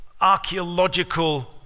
archaeological